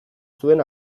zuen